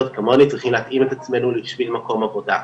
כמוני צריכים להתאים את עצמנו בשביל מקום עבודה,